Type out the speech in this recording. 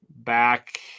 back